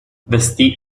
vestì